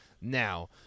now